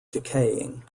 decaying